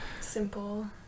Simple